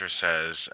says